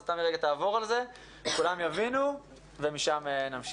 אז תמי תעבור על זה, כולם יבינו, ומשם נמשיך.